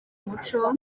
umuco